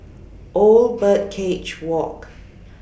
Old Birdcage Walk